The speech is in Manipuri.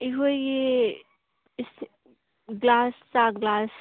ꯑꯩꯈꯣꯏꯒꯤ ꯒ꯭ꯂꯥꯁ ꯆꯥ ꯒ꯭ꯂꯥꯁ